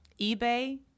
eBay